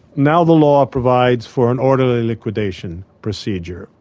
now the law provides for an orderly liquidation procedure.